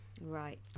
Right